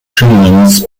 tunes